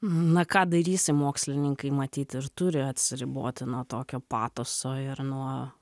na ką darysi mokslininkai matyt ir turi atsiriboti nuo tokio patoso ir nuo